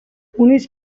units